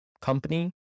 company